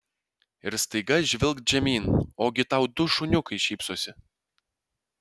ir staiga žvilgt žemyn ogi tau du šuniukai šypsosi